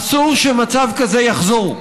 אסור שמצב כזה יחזור.